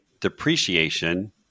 depreciation